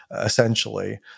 essentially